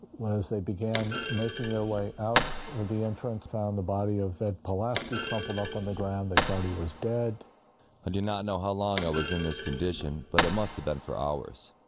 they began making their way out the entrance found the body of ed pulaski crumpled up on the ground they thought he was dead i did not know how long i was in this condition, but it must have been for hours.